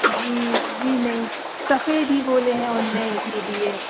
जी जी नहीं सफेद ही बोले हैं उन्होंने इसीलिए